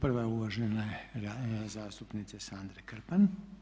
Prva je uvažene zastupnice Sandre Krpan.